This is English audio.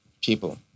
people